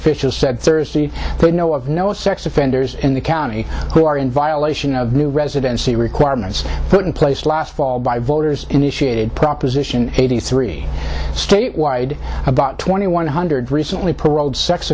officials said thursday we know of no sense offenders in the county who are in violation of new residency requirements put in place last fall by voters initiated proposition eighty three statewide about twenty one hundred recently poor old sex